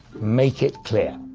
make it clear